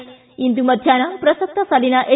ಿ ಇಂದು ಮಧ್ಯಾಹ್ನ ಪ್ರಸಕ್ತ ಸಾಲಿನ ಎಸ್